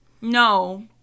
No